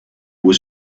was